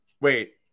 Wait